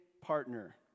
partner